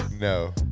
No